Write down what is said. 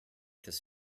this